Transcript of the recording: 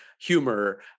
humor